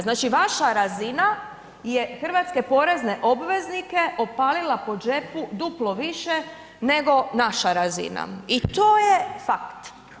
Znači, vaša razina je hrvatske porezne obveznike opalila po džepu duplo više nego naša razina i to je fakt.